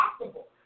possible